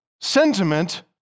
sentiment